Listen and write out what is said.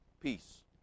peace